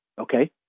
Okay